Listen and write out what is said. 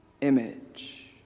image